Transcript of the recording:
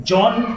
John